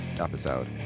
episode